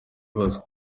ibazwa